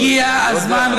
הגיע הזמן,